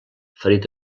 ferit